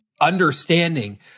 understanding